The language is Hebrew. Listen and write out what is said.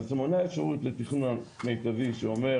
אז אתה מונע אפשרות לתכנון מיטבי שאומר